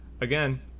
again